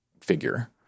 figure